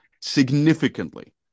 significantly